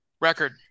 Record